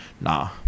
Nah